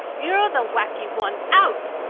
you're the wacky one! out!